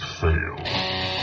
fail